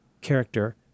character